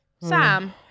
sam